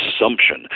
assumption